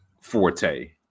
forte